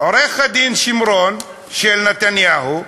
עורך-הדין שמרון, עורך-הדין של נתניהו,